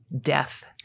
Death